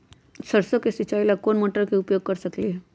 सरसों के सिचाई ला कोंन मोटर के उपयोग कर सकली ह?